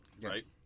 right